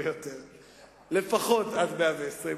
לפחות עד מאה-ועשרים,